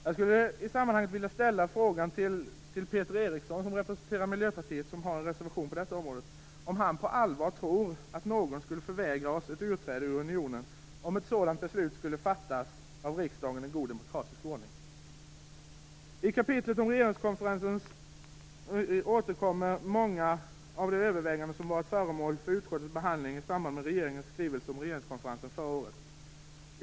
Jag skulle i sammanhanget vilja fråga Peter Eriksson som representerar Miljöpartiet, som har en reservation på detta område, om han på allvar tror att någon skulle förvägra oss utträde ur unionen om ett sådant beslut skulle fattas av riksdagen i god demokratisk ordning. I kapitlet om regeringskonferensen återkommer många av de överväganden som varit föremål för utskottets behandling i samband med regeringens skrivelse om regeringskonferensen förra året.